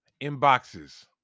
inboxes